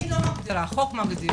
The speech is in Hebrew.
אני לא מגדירה, החוק מגדיר.